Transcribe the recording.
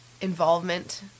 involvement